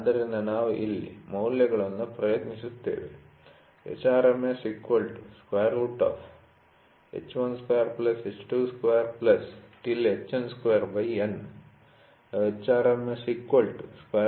ಆದ್ದರಿಂದ ನಾವು ಇಲ್ಲಿ ಮೌಲ್ಯಗಳನ್ನು ಪ್ರಯತ್ನಿಸುತ್ತೇವೆ